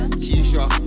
t-shirt